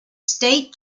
state